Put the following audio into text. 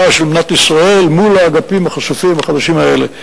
של מדינת ישראל מול האגפים החשופים החדשים האלה.